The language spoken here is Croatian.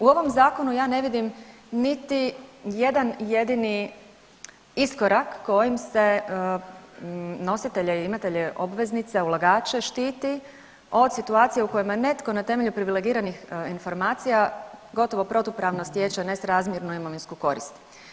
U ovom zakonu ja ne vidim niti jedan jedini iskorak kojim se nositelje i imatelje obveznice i ulagače štiti od situacije u kojima netko na temelju privilegiranih informacija gotovo protupravno stječe nesrazmjernu imovinsku korist.